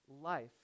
life